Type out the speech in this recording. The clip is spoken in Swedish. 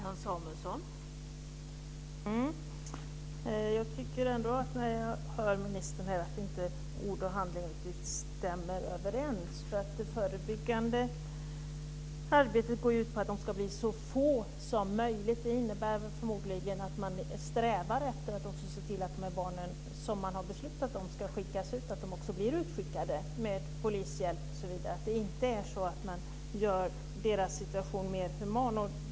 Fru talman! Jag tycker när jag lyssnar på statsrådet ändå att ord och handling inte riktigt stämmer överens. Det förebyggande arbetet går ut på att de här barnen ska bli så få som möjligt. Det innebär förmodligen att man strävar efter att se till att de barn som man har beslutat ska skickas ut också blir utskickade med polishjälp. Det är inte så att man gör deras situation mer human.